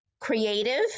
creative